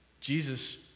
Jesus